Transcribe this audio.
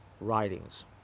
writings